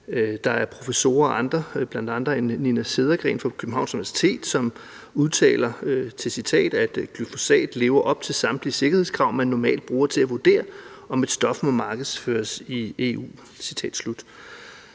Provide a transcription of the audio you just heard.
Der er professorer og andre, der udtaler sig, og bl.a. Nina Cedergreen fra Københavns Universitet udtaler til citat: »Glyphosat lever op til samtlige sikkerhedskrav, man normalt bruger til at vurdere, om et stof må markedsføres i EU«.